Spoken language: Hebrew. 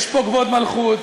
יש פה כבוד מלכות,